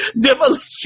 Demolition